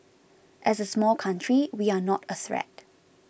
as a small country we are not a threat